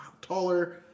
taller